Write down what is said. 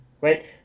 right